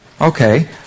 Okay